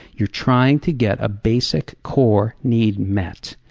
you're trying to get a basic core need met,